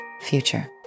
FUTURE